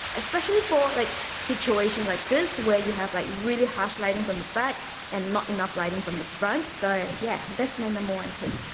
especially for like situations like this where you have like really harsh lighting from the back and not enough lighting from the front. so yeah that's my number one tip.